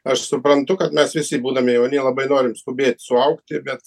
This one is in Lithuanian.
aš suprantu kad mes visi būdami jauni labai norim skubėt suaugti bet